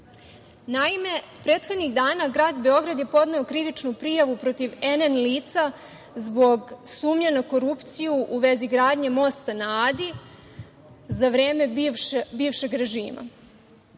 Naime, prethodnih dana je Grad Beograd podneo krivičnu prijavu protiv NN lica zbog sumnje na korupciju u vezi gradnje mosta na Adi, za vreme bivšeg režima.